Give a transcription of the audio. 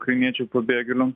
ukrainiečių pabėgėliam